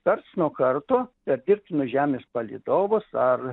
karts nuo karto per dirbtinus žemės palydovus ar